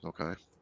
Okay